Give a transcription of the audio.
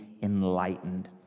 enlightened